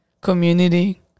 community